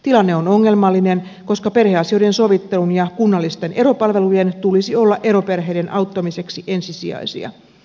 tilanne on ongelmallinen koska perheasioiden sovittelun ja kunnallisten eropalvelujen tulisi olla eroperheiden auttamiseksi ensisijaisia